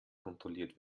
kontrolliert